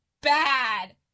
bad